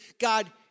God